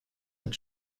mit